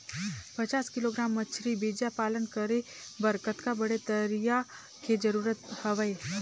पचास किलोग्राम मछरी बीजा पालन करे बर कतका बड़े तरिया के जरूरत हवय?